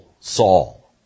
Saul